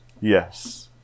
Yes